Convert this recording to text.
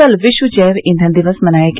कल विश्व जैव ईंधन दिवस मनाया गया